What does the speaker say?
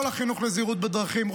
כל החינוך לזהירות בדרכים.